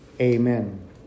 Amen